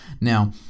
Now